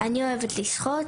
אני אוהבת לשחות.